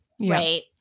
Right